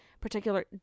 particular